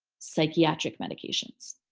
psychiatric medications,